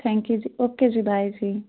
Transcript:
thank you ਜੀ okay ਜੀ bye ਜੀ